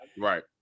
Right